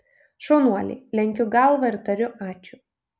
šaunuoliai lenkiu galvą ir tariu ačiū